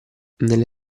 nelle